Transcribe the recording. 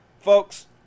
folks